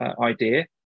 idea